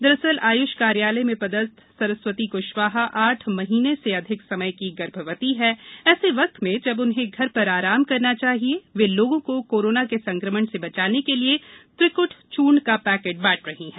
दरअसल आय्ष कार्यालय में प्दस्त सरस्वती क्शवाहा आठ माह से अधिक समय की गर्भवती है ऐसे वक्त में जब उन्हें घर र आराम करना चाहिए लेकिन वे लोगों को कोरोना के संक्रमण से बचाने के लिये त्रिकप् चूर्ण का पैके बा रही हैं